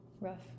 rough